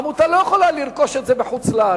העמותה לא יכולה לרכוש את זה בחוץ-לארץ,